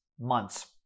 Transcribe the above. months